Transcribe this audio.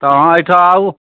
तऽ अहाँ एहिठाम आउ